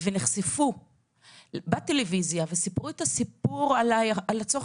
שנחשפו בטלוויזיה וסיפרו את הסיפור על הצורך